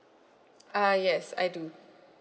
uh yes I do